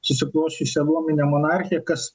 susiklosčiusią luominę monarchiją kas